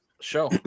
show